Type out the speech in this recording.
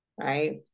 right